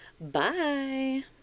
Bye